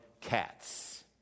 cats